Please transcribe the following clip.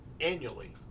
annually